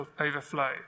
overflow